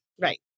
Right